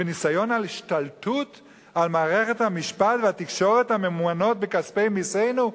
בניסיון השתלטות על מערכת המשפט והתקשורת הממומנות בכספי מסינו?